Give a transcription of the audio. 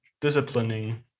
disciplining